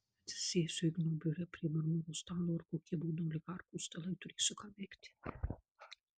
atsisėsiu igno biure prie marmuro stalo ar kokie būna oligarchų stalai turėsiu ką veikti